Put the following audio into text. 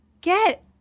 get